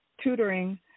tutoring